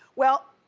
well,